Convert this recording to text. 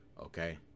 okay